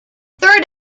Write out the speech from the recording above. third